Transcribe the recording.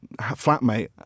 flatmate